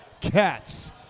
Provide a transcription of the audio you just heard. cats